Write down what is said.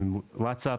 עם וואטסאפ,